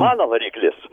mano variklis